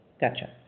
Gotcha